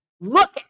Look